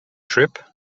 trip